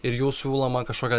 ir jų siūlomą kažkokią